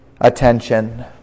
attention